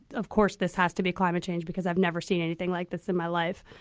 of course, this has to be climate change, because i've never seen anything like this in my life.